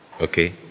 Okay